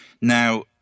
Now